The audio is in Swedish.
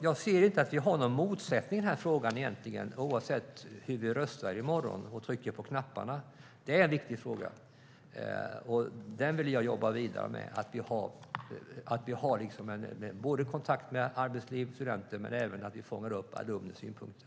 Jag ser inte att det finns någon motsättning mellan oss i den här frågan, oavsett hur vi röstar och vilka knappar vi trycker på. Det är en viktig fråga, och jag vill jobba vidare med den. Vi ska ha kontakt med både arbetslivet och studenterna men även fånga upp alumnernas synpunkter.